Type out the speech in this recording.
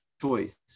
Choice